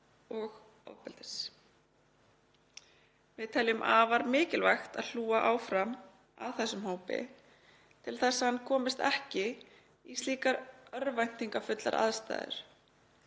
og ofbeldis. Við teljum afar mikilvægt að hlúa áfram að þessum hópi til þess að hann komist ekki í slíkar örvæntingafullar aðstæður